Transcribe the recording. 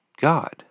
God